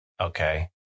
okay